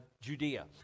judea